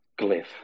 glyph